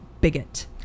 bigot